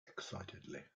excitedly